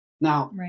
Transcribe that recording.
Now